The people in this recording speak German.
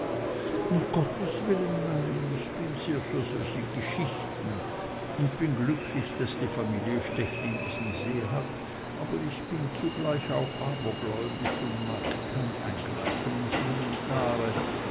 um gottes willen nein ich bin sehr für solche geschichten und bin glücklich daß die familie stechlin diesen see hat aber ich bin zugleich auch abergläubisch und mag kein eingreifen ins elementare